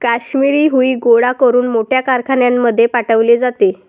काश्मिरी हुई गोळा करून मोठ्या कारखान्यांमध्ये पाठवले जाते